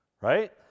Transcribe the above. right